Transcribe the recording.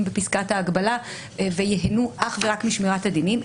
בפסקת ההגבלה וייהנו אך ורק משמרית הדינים.